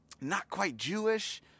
not-quite-Jewish